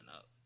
up